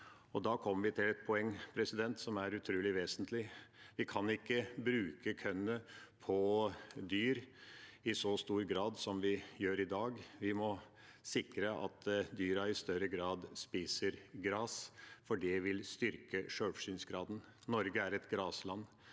da kommer vi til et poeng som er utrolig vesentlig: Vi kan ikke bruke kornet på dyr i så stor grad som vi gjør i dag. Vi må sikre at dyrene i større grad spiser gras, for det vil styrke sjølforsyningsgraden. Norge er et grasland.